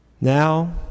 Now